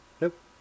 Nope